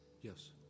yes